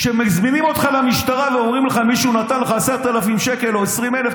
כשמזמינים אותך למשטרה ואומרים לך: מישהו נתן לך 10,000 שקל או 20,000?